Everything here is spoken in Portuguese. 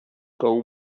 cão